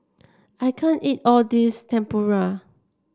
I can't eat all this Tempura